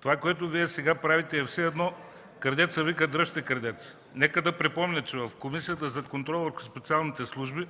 Това, което Вие сега правите, е все едно „Крадецът вика: „Дръжте крадеца!”. Нека да припомня, че в Комисията за контрол върху специалните служби